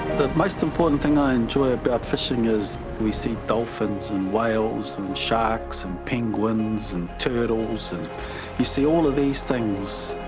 the most important thing i enjoy about fishing is we see dolphins and whales, and sharks and penguins and turtles, and you see all of these things.